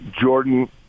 Jordan –